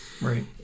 Right